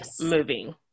moving